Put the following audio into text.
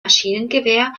maschinengewehr